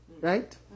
right